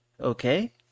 okay